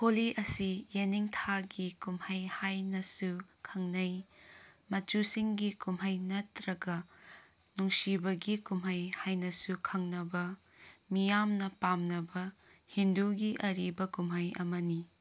ꯍꯣꯂꯤ ꯑꯁꯤ ꯌꯦꯅꯤꯡꯊꯥꯒꯤ ꯀꯨꯝꯍꯩ ꯍꯥꯏꯅꯁꯨ ꯈꯪꯅꯩ ꯃꯆꯨꯁꯤꯡꯒꯤ ꯀꯨꯝꯍꯩ ꯅꯠꯇ꯭ꯔꯒ ꯅꯨꯡꯁꯤꯕꯒꯤ ꯀꯨꯝꯍꯩ ꯍꯥꯏꯅꯁꯨ ꯈꯪꯅꯕ ꯃꯤꯌꯥꯝꯅ ꯄꯥꯝꯅꯕ ꯍꯤꯟꯗꯨꯒꯤ ꯑꯔꯤꯕ ꯀꯨꯝꯍꯩ ꯑꯃꯅꯤ